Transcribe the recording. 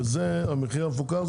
וזה המחיר המפוקח,